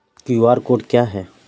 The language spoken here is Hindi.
क्यू.आर कोड क्या है?